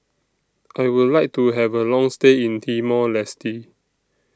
I Would like to Have A Long stay in Timor Leste